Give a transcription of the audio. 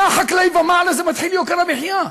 מהחקלאי ומעלה מתחיל יוקר המחיה.